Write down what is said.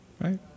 right